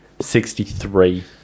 Sixty-three